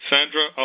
Sandra